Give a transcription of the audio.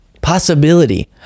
possibility